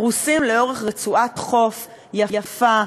פרוסים לאורך רצועת חוף יפה,